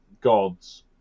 gods